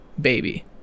baby